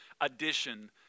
addition